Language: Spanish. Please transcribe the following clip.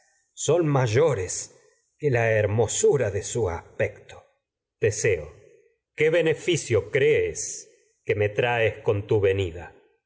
son mayores que la hermosu ra de aspecto teseo qué beneficio crees que me traes con tu venida